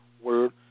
word